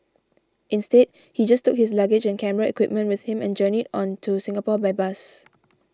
instead he just took his luggage and camera equipment with him and journeyed on to Singapore by bus